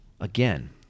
again